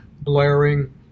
blaring